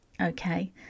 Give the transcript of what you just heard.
Okay